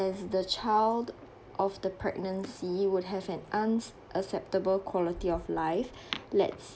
as the child of the pregnancy would have an unacceptable quality of life let's